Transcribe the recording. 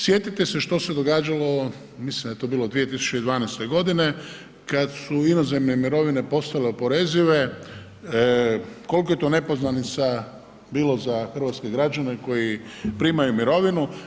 Sjetite se što se događalo, mislim da je to bilo 2012. godine kada su inozemne mirovine postale oporezive koliko je to nepoznanica bilo za hrvatske građane koji primaju mirovinu.